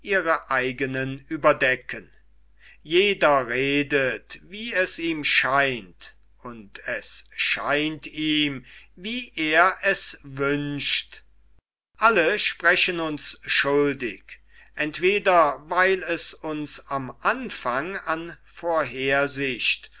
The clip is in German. eigenen überdecken jeder redet wie es ihm scheint und es scheint ihm wie er es wünscht alle sprechen uns schuldig entweder weil es uns am anfang an